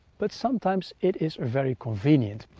but sometimes it is a very convenient.